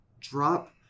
drop